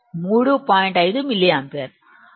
5 మిల్లి ampere